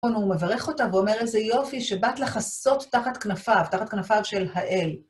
הוא מברך אותה ואומר איזה יופי שבאת לחסות תחת כנפיו, תחת כנפיו של האל.